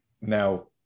Now